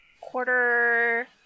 quarter